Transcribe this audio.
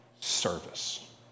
service